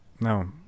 No